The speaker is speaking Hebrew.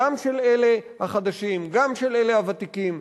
גם של אלה החדשים, גם של אלה הוותיקים.